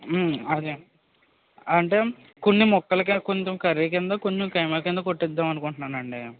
అదే అంటే కొన్ని ముక్కలుగా కొన్ని కర్రీ కింద కొన్ని కైమా కింద కొట్టిద్దాం అనుకుంటున్నా అండి